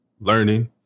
learning